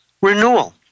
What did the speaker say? renewal